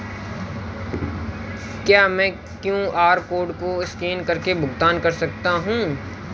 क्या मैं QR code को स्कैन करके भुगतान कर सकता हूं?